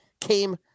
came